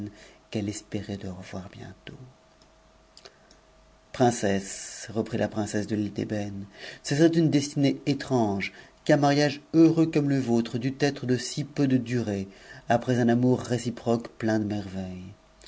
qu'elle espérait de revoir bientôt princesse reprit la princesse de iie d'ëbëne ce serait une destinée e qu'un mariage heureux comme le vôtre dût être de si peu de turce après un amour réciproque plein de merveimes